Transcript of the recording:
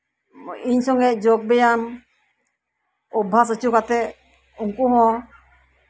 ᱤᱧ ᱥᱚᱸᱜᱮ ᱡᱳᱜᱽ ᱵᱮᱭᱟᱢ ᱚᱵᱽᱵᱷᱟᱥ ᱦᱚᱪᱚ ᱠᱟᱛᱮ ᱩᱝᱠᱩ ᱦᱚᱸ